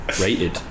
rated